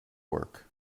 work